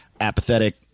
apathetic